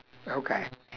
okay